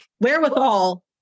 wherewithal